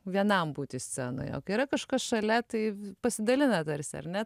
vienam būti scenoje o kai yra kažkas šalia tai pasidalina tarsi ar ne